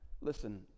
Listen